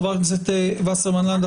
חברת הכנסת וסרמן לנדה,